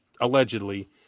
allegedly